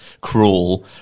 cruel